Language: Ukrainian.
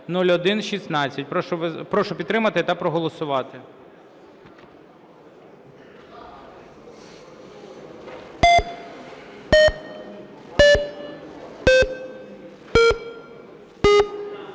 Прошу підтримати та проголосувати.